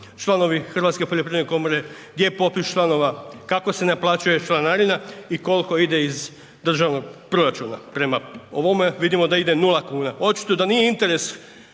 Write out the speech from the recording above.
članovi Hrvatske poljoprivredne komore, gdje je popis članova, kako se naplaćuje članarina i kolko ide iz državnog proračuna. Prema ovome vidimo da ide 0,00 kuna, očito da nije interes